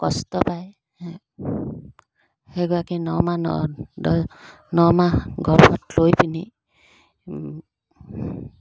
কষ্ট পায় সেইগৰাকী নমাহ দ নমাহ গৰ্ভত লৈ পিনি